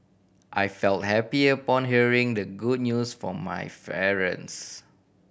I felt happy upon hearing the good news from my